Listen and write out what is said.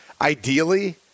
Ideally